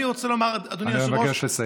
אני רוצה לומר, אדוני היושב-ראש, אני מבקש לסיים.